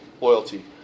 loyalty